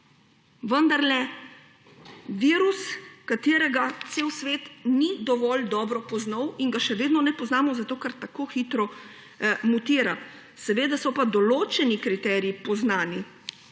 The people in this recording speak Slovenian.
vendarle virus, ki ga ves svet ni dovolj dobro poznal in ga še vedno ne poznamo, ker tako hitro mutira. Seveda so pa določeni kriteriji poznani,